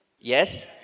Yes